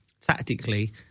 tactically